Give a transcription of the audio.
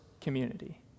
community